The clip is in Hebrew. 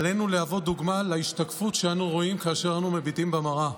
עלינו להוות דוגמה להשתקפות שאנו רואים כאשר אנו מביטים במראה,